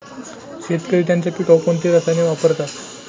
शेतकरी त्यांच्या पिकांवर कोणती रसायने वापरतात?